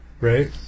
right